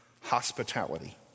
hospitality